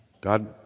God